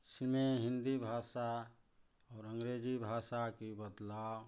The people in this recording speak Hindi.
उसमें हिन्दी भाषा और अँग्रेजी भाषा का बदलाव